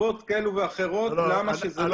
סיבות כאלו ואחרות למה זה לא יקרה.